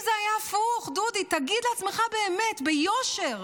אם זה היה הפוך, דודי, תגיד לעצמך באמת, ביושר,